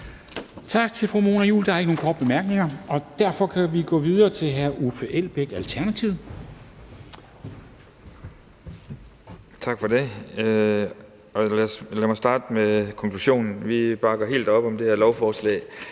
Tak til fru Mona Juul. Der er ikke nogen korte bemærkninger. Derfor kan vi gå videre til hr. Uffe Elbæk, Alternativet. Kl. 13:58 (Ordfører) Uffe Elbæk (ALT): Tak for det, og lad mig starte med konklusionen: Vi bakker helt op om det her lovforslag.